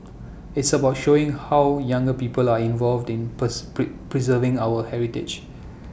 it's about showing how younger people are involved in purse preserving our heritage